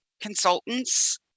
consultants